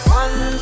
one